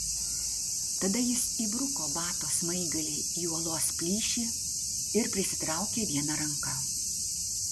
tada jis įbruko bato smaigalį į uolos plyšį ir prisitraukė viena ranka